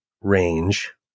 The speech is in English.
range